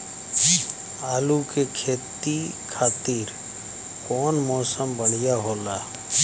आलू के खेती खातिर कउन मौसम बढ़ियां होला?